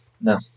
No